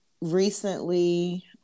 recently